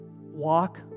walk